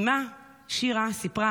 אימה שירה סיפרה